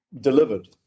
Delivered